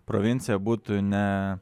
provincija būtų ne